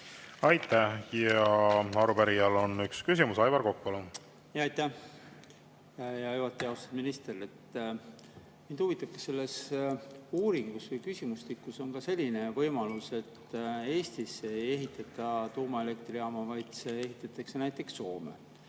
Aitäh! Arupärijal on üks küsimus. Aivar Kokk, palun! Aitäh, hea juhataja! Austatud minister! Mind huvitab, kas selles uuringus või küsimustikus on ka selline võimalus, et Eestisse ei ehitata tuumaelektrijaama, vaid see ehitatakse näiteks Soome,